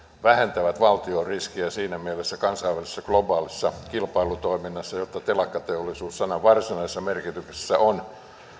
vähentävät valtion riskiä siinä mielessä kansainvälisessä globaalissa kilpailutoiminnassa jota telakkateollisuus sanan varsinaisessa merkityksessä on